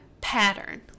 pattern